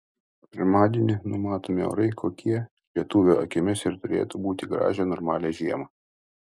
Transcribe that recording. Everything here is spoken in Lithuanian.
pirmadienį numatomi orai kokie lietuvio akimis ir turėtų būti gražią normalią žiemą